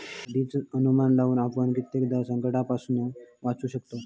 आधीच अनुमान लावुन आपण कित्येक संकंटांपासून वाचू शकतव